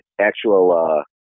actual